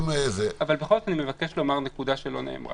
אבל בכל זאת אני מבקש לומר נקודה שלא נאמרה.